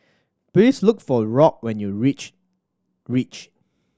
please look for Rock when you reach Reach